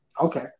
Okay